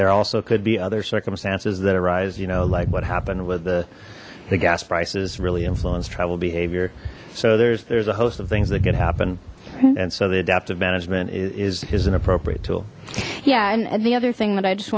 there also could be other circumstances that arise you know like what happened with the the gas prices really influenced travel behavior so there's there's a host of things that could happen and so the adaptive management is an appropriate tool yeah and the other thing that i just